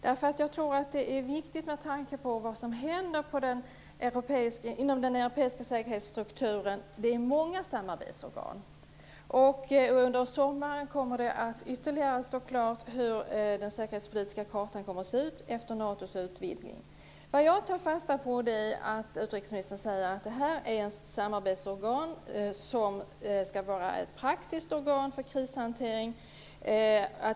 Jag tror nämligen att det är viktigt med tanke på vad som händer inom den europeiska säkerhetsstrukturen. Det finns många samarbetsorgan. Under sommaren kommer det att stå ytterligare klart hur den säkerhetspolitiska kartan kommer att se ut efter Jag tar fasta på att utrikesministern säger att detta är ett samarbetsorgan, som skall vara ett praktiskt organ för krishantering.